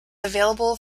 available